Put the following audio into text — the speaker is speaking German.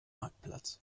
marktplatz